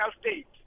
state